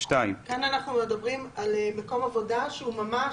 כאן אנחנו מדברים על מקום עבודה שהוא ממש